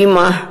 אימא,